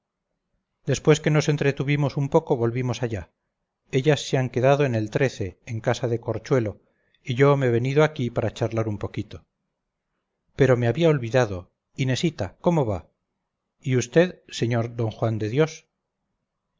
después que nos entretuvimos un poco volvimos allá ellas se han quedado en el en casa de corchuelo y yo me he venido aquí a charlar un poquito pero me había olvidado inesita cómo va y vd sr d juan de dios